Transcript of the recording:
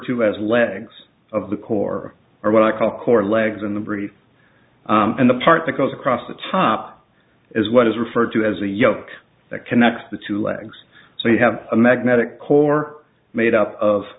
to as legs of the core or what i call core legs in the brief and the part that goes across the top is what is referred to as a yoke that connects the two legs so you have a magnetic core made up of